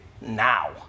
now